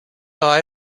eye